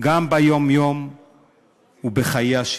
גם ביום-יום ובחיי השגרה.